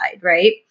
Right